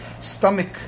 stomach